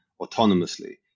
autonomously